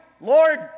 Lord